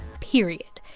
period.